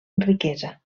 riquesa